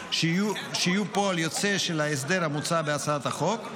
שיהיו פועל יוצא של ההסדר המוצע בהצעת החוק,